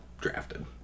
drafted